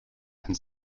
and